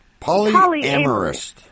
Polyamorous